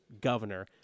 governor